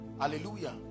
hallelujah